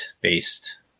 based